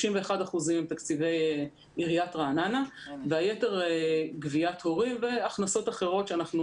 31% זה תקציבי עיריית רעננה והיתר גביית הורים והכנסות אחרות שאנחנו